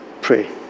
pray